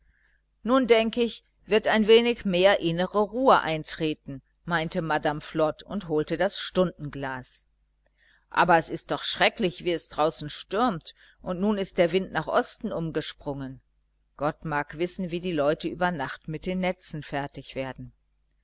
nun denk ich wird ein wenig mehr innere ruhe eintreten meinte madame flod und holte das stundenglas aber es ist doch schrecklich wie es draußen stürmt und nun ist der wind nach osten umgesprungen gott mag wissen wie die leute über nacht mit den netzen fertig werden